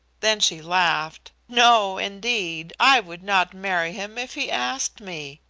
then she laughed. no, indeed! i would not marry him if he asked me.